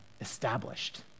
established